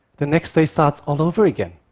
the next day starts all over again.